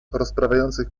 rozprawiających